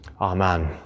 Amen